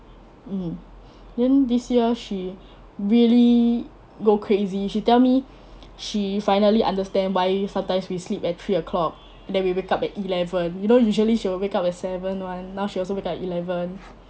mm then this year she really go crazy she tell me she finally understand why sometimes we sleep at three o'clock then we wake up at eleven you know usually she will wake up at seven [one] now she also wake up at eleven